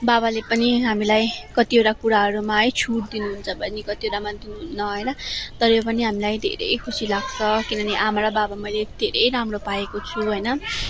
बाबाले पनि हामीलाई कतिवटा कुराहरूमा है छुट दिनुहुन्छ भने कतिवटामा दिनु हुन्न होइन तरै पनि हामीलाई धेरै खुसी लाग्छ किनभने आमा र बाबा मैले धेरै राम्रो पाएको छु होइन